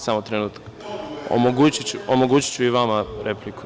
Samo trenutak, omogući ću i vama repliku.